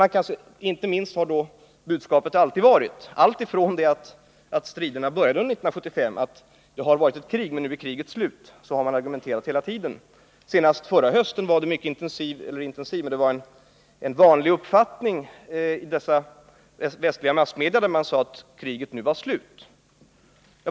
Inte minst har budskapet alltid varit — alltifrån det att striderna började 1975 — att det visserligen förekommit ett krig men att kriget nu är slut. Så har man argumenterat hela tiden. Senast förra hösten var det en vanlig uppfattning i dessa västliga massmedia att kriget nu var slut.